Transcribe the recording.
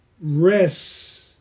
rest